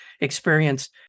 experience